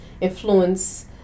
influence